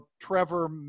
Trevor